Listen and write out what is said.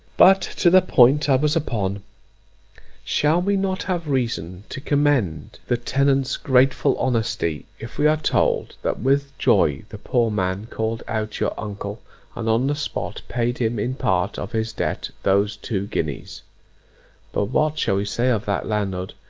but to the point i was upon shall we not have reason to commend the tenant's grateful honesty, if we are told, that with joy the poor man called out your uncle, and on the spot paid him in part of his debt those two guineas but what shall we say of that landlord,